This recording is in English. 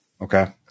Okay